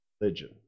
religion